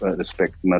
respect